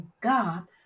God